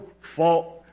fault